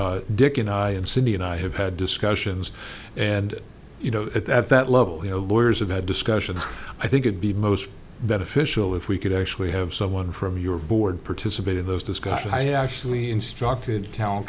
cindy and i have had discussions and you know at that level you know lawyers have had discussions i think you'd be most beneficial if we could actually have someone from your board participate in those discussions i had actually instructed town